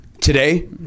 Today